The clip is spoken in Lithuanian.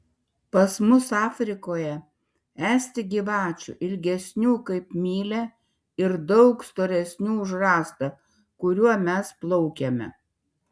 pas mus afrikoje esti gyvačių ilgesnių kaip mylia ir daug storesnių už rąstą kuriuo mes plaukiame